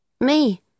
Me